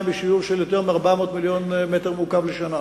בשיעור של יותר מ-400 מיליון מטר מעוקב לשנה.